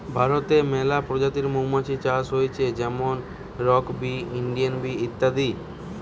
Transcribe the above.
ভারতে মেলা প্রজাতির মৌমাছি চাষ হয়টে যেমন রক বি, ইন্ডিয়ান বি ইত্যাদি